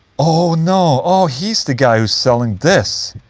oh no. oh, he's the guy who's selling this.